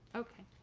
okay.